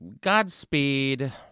Godspeed